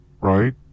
right